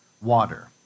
water